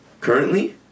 Currently